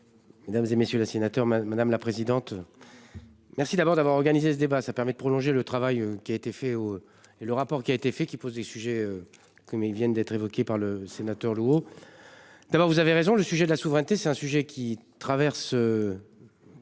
Mesdames, et messieurs les sénateurs, madame, madame la présidente. Merci d'abord d'avoir organisé ce débat, ça permet de prolonger le travail qui a été fait. Et le rapport qui a été fait, qui pose des sujets comme ils viennent d'être évoqués par le sénateur lourd. D'abord vous avez raison, le sujet de la souveraineté, c'est un sujet qui traverse.